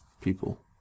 people